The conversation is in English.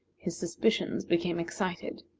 his suspicions became excited.